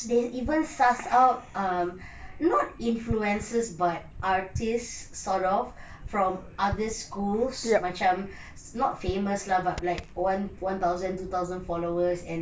they even suss out um not influencers but artist sort of from other schools macam not famous but like one one thousand two thousand followers